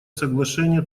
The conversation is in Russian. соглашения